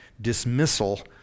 dismissal